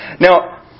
Now